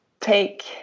take